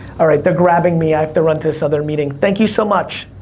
all right, they're grabbing me, i have to run to this other meeting, thank you so much.